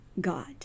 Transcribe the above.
God